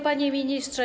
Panie Ministrze!